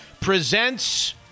presents